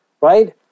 right